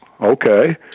okay